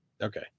Okay